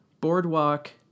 Boardwalk